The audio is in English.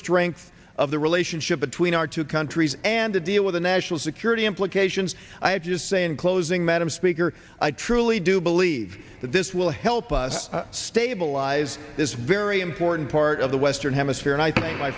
strength of the relationship between our two countries and to deal with the national security implications i just say in closing madam speaker i truly do believe leave that this will help us stabilize this very important part of the western hemisphere and i think my